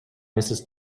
mrs